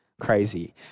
Crazy